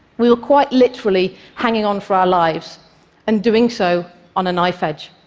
we were quite literally hanging on for our lives and doing so on a knife edge.